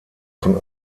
von